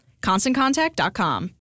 ConstantContact.com